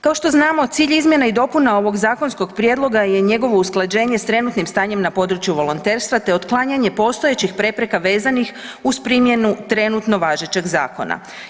Kao što znamo cilj izmjena i dopuna ovog zakonskog prijedloga je njegovo usklađenje s trenutnim stanjem na području volonterstva, te otklanjanje postojećih prepreka vezanih uz primjenu trenutno važećeg zakona.